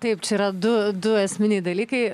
taip čia yra du du esminiai dalykai